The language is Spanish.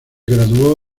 graduó